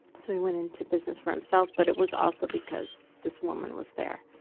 so he went into business for himself but it was also because this woman was there.